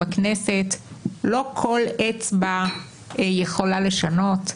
בכנסת לא כל אצבע יכולה לשנות.